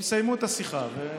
יסיימו את השיחה, ואתחיל.